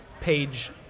page